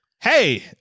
Hey